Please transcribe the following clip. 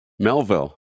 Melville